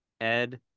Ed